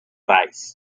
rice